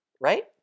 right